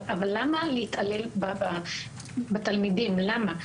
אבל למה להתעלל בתלמידים, למה?